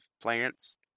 plants